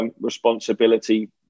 responsibility